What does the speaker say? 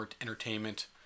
entertainment